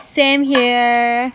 same here